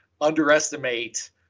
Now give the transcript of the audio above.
underestimate—